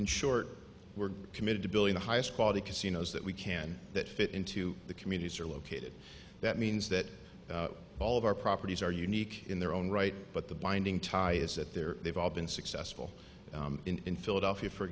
in short we're committed to building the highest quality casinos that we can that fit into the communities are located that means that all of our properties are unique in their own right but the binding tie is that they're they've all been successful in philadelphia for